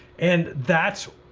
and that's,